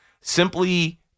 Simply